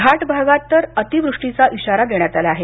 घाट भागात तर अतिवृष्टीचा इशारा देण्यात आला आहे